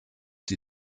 die